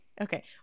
Okay